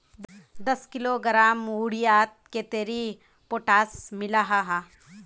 दस किलोग्राम यूरियात कतेरी पोटास मिला हाँ?